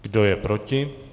Kdo je proti?